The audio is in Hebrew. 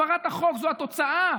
הפרת החוק זו התוצאה.